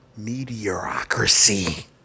meteorocracy